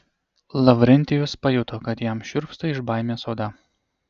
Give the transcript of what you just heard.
lavrentijus pajuto kad jam šiurpsta iš baimės oda